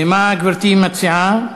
מה גברתי מציעה?